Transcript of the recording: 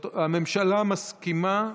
הממשלה מסכימה?